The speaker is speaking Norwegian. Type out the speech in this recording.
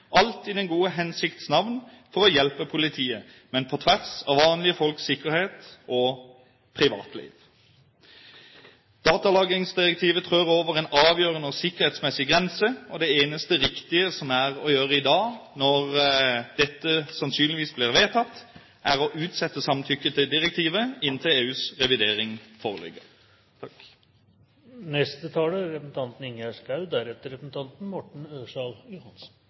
alt i den gode hensikts navn for å hjelpe politiet, men på tvers av vanlige folks sikkerhet og privatliv. Datalagringsdirektivet trår over en avgjørende og sikkerhetsmessig grense, og det eneste riktige å gjøre i dag, når dette sannsynligvis blir vedtatt, er å utsette samtykket til direktivet inntil EUs revidering